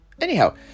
Anyhow